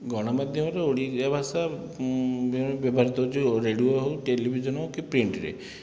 ଗଣମାଧ୍ୟମରେ ଓଡ଼ିଆ ଭାଷା ବ୍ୟବହାରିତ ହେଉଛି ଯେଉଁ ରେଡ଼ିଓ ହେଉ ଟେଲିଭିଜନ ହେଉ କି ପ୍ରିଣ୍ଟରେ